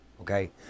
okay